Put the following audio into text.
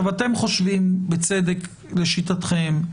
אתם חושבים בצדק, לשיטתכם,